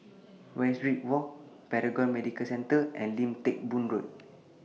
Westridge Walk Paragon Medical Centre and Lim Teck Boo Road